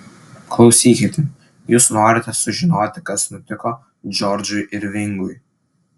klausykite jūs norite sužinoti kas nutiko džordžui irvingui